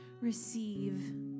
Receive